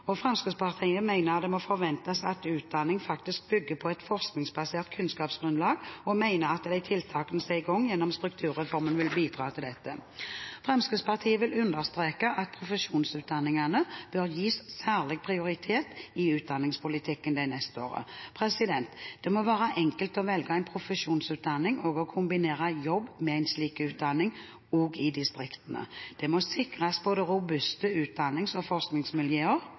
profesjonsutdanning. Fremskrittspartiet mener det må forventes at utdanning bygger på et forskningsbasert kunnskapsgrunnlag, og mener at de tiltakene som er i gang gjennom strukturreformen, vil bidra til dette. Fremskrittspartiet vil understreke at profesjonsutdanningene bør gis særlig prioritet i utdanningspolitikken de neste årene. Det må være enkelt å velge en profesjonsutdanning og å kombinere jobb med en slik utdanning, også i distriktene. Det må sikres både robuste utdannings- og forskningsmiljøer